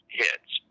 hits